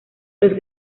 los